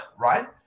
right